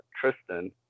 Tristan